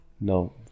No